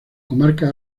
comarca